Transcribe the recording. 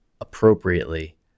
appropriately